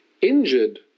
injured